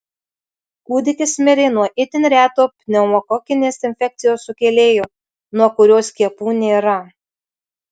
kūdikis mirė nuo itin reto pneumokokinės infekcijos sukėlėjo nuo kurio skiepų nėra